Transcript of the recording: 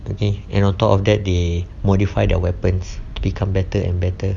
okay and on top of that they modify their weapons become better and better